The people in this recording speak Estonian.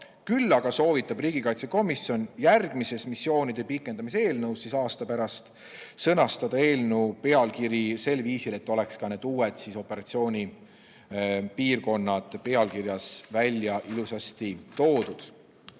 Küll aga soovitab riigikaitsekomisjon järgmises missioonide pikendamise eelnõus aasta pärast sõnastada eelnõu pealkiri sel viisil, et ka need uued operatsioonipiirkonnad oleks ilusasti